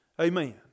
Amen